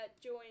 join